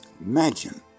Imagine